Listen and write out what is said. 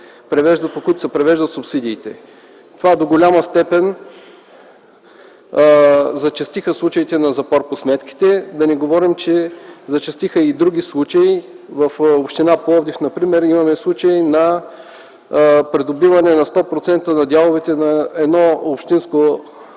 сметките, по които се привеждат субсидиите. С това до голяма степен зачестиха случаите на запор по сметките, да не говорим, че зачестиха и други случаи. В община Пловдив например имаме случай на придобиване на 100% на дяловете на едно общинско еднолично